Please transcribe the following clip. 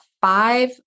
five